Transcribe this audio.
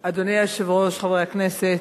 אדוני היושב-ראש, חברי הכנסת,